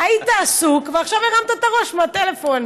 היית עסוק, ועכשיו הרמת את הראש מהטלפון.